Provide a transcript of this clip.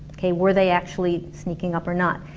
kay, were they actually sneaking up or not?